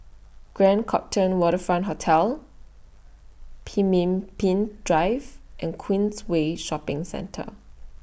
Grand Copthorne Waterfront Hotel Pemimpin Drive and Queensway Shopping Centre